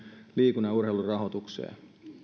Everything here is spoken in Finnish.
liikunnan ja urheilun rahoitukseen